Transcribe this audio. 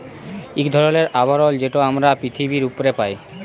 ইক ধরলের আবরল যেট আমরা পিথিবীর উপ্রে পাই